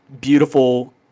beautiful